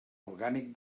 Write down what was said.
orgànic